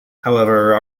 however